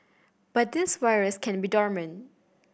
but this virus can be dormant